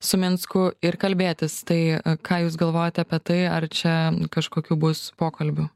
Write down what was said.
su minsku ir kalbėtis tai ką jūs galvojate apie tai ar čia kažkokių bus pokalbių